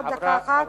עוד דקה אחת,